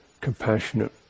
compassionate